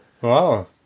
Wow